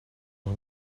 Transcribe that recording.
nog